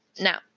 Now